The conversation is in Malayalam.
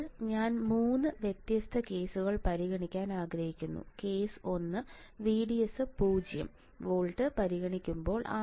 ഇപ്പോൾ ഞാൻ 3 വ്യത്യസ്ത കേസുകൾ പരിഗണിക്കാൻ ആഗ്രഹിക്കുന്നു കേസ് ഒന്ന് VDS0 വോൾട്ട് പരിഗണിക്കുമ്പോൾ